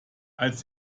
als